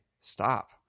stop